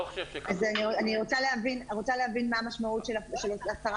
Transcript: אני רוצה להבין מה המשמעות של הסרת